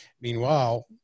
Meanwhile